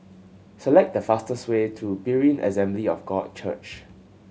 select the fastest way to Berean Assembly of God Church